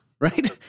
right